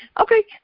Okay